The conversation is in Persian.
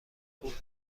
خوب